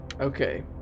Okay